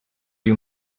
you